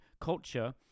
culture